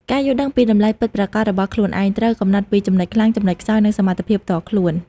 ការយល់ដឹងពីតម្លៃពិតប្រាកដរបស់ខ្លួនឯង ត្រូវកំណត់ពីចំណុចខ្លាំង ចំណុចខ្សោយ និងសមត្ថភាពផ្ទាល់ខ្លួន។